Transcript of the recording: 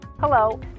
Hello